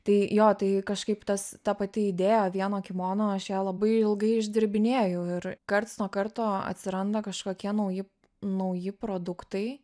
tai jo tai kažkaip tas ta pati idėja vieno kimono aš ją labai ilgai išdirbinėjau ir karts nuo karto atsiranda kažkokie nauji nauji produktai